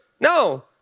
No